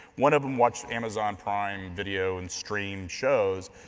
one of them watched amazon prime video and stream shows.